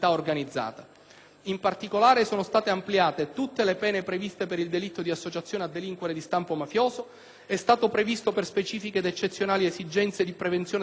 In particolare: sono state ampliate tutte le pene previste per il delitto di associazione a delinquere di stampo mafioso; è stato previsto, per specifiche ed eccezionali esigenze di prevenzione della criminalità,